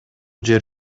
жер